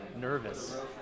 nervous